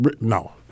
no